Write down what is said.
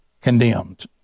condemned